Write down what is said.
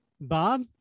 bob